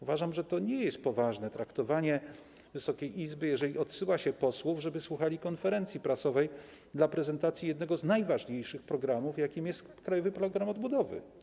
Uważam, że to nie jest poważne traktowanie Wysokiej Izby, jeżeli odsyła się posłów, żeby słuchali konferencji prasowej, na której ma odbyć się prezentacja jednego z najważniejszych programów, jakim jest krajowy plan odbudowy.